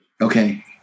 Okay